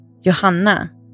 Johanna